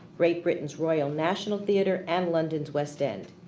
great britain's royal national theatre and london's west end.